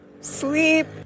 sleep